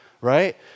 right